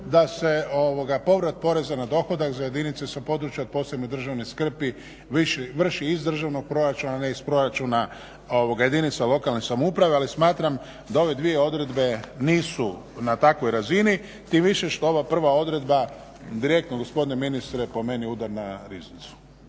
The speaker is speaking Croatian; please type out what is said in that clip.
da se povrat poreza na dohodak za jedinice sa područja od posebne državne skrbi vrši iz državnog proračuna a ne iz proračuna jedinica lokalne samouprave. Ali smatram da ove dvije odredbe nisu na takvoj razini, tim više što ova prva odredba direktno gospodine ministre po meni udar na Riznicu